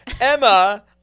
Emma